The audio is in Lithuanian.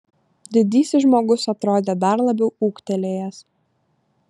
didysis žmogus atrodė dar labiau ūgtelėjęs